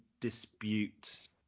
dispute